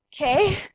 Okay